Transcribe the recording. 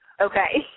Okay